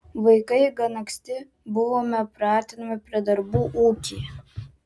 vaikai gan anksti buvome pratinami prie darbų ūkyje